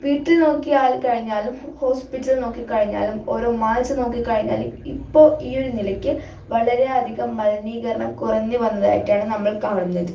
വീട്ടിൽ നോക്കിയാൽ കഴിഞ്ഞാലും ഹോസ്പിറ്റൽ നോക്കിക്കഴിഞ്ഞാലും ഓരോ മാൾസ് നോക്കിക്കഴിഞ്ഞാലും ഇപ്പോൾ ഈ ഒരു നിലയ്ക്ക് വളരേ അധികം മലിനീകരണം കുറഞ്ഞു വന്നതായിട്ടാണ് നമ്മൾ കാണുന്നത്